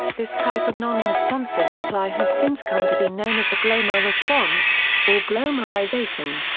this type of non-responsive reply has since come to be known as the glomar response or glomarization.